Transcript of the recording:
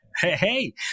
Hey